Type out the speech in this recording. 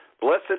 Blessed